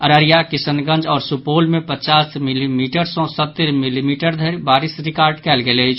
अररिया किशनगंज आओर सुपौल मे पचास मिलीमीटर सॅ सत्तरि मिलीमीटर धरि बारिस रिकॉर्ड कयल गेल अछि